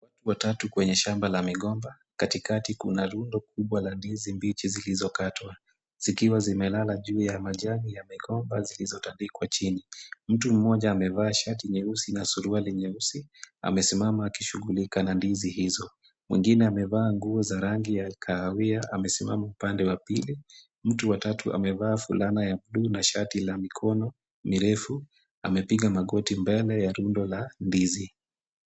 Watu watatu kwenye shamba la migomba. Katikati kuna rundo kubwa la ndizi mbichi zilizokatwa zikiwa zimelala juu ya majani ya migomba zilizotandikwa chini. Mtu mmoja amevaa shati nyeusi na suruali nyeusi amesimama akishughulika na ndizi hizo. Mwingine amevaa nguo za rangi ya kahawia amesimama upande wa pili. Mtu wa tatu amevaa fulana ya buluu na shati la mikono mirefu. Amepiga magoti mbele ya rundo la ndizi.